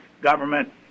government